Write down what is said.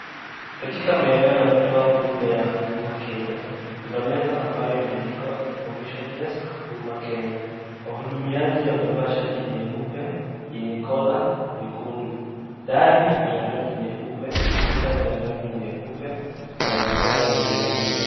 Katika maeneo ya kutoa huduma ya Huduma Kenya kuna meza ambayo imeandikwa information desk huduma Kenya. Wahudumiaji wamevaa shati yenye collar nyekundu dari ni ya rangi nyeupe kuta ni ya rangi nyeupe, na vigai ni vya rangi...